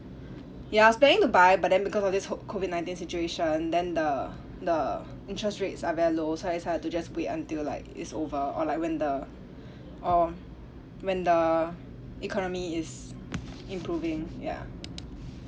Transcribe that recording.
ya I was planning to buy but then because of this whole COVID nineteen situation then the the interest rates are very low so I decided to just put it until like it's over or like when the or when the economy is improving ya